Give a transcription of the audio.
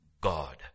God